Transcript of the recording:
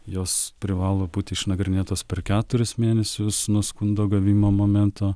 jos privalo būti išnagrinėtos per keturis mėnesius nuo skundo gavimo momento